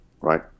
right